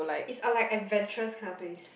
is a like adventurous kind of place